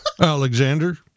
Alexander